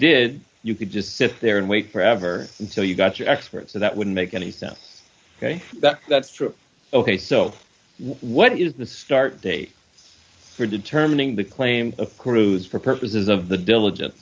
did you could just sit there and wait forever until you got your expert so that wouldn't make any sense that that's true ok so what is the start date for determining the claim of course whose for purposes of the diligence